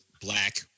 black